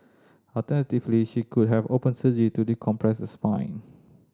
alternatively she could have open surgery to decompress the spine